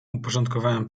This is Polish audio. uporządkowałem